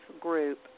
group